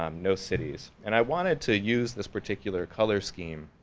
um no cities. and i wanted to use this particular color scheme